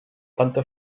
tanta